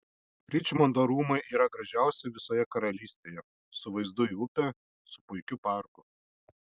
ričmondo rūmai yra gražiausi visoje karalystėje su vaizdu į upę su puikiu parku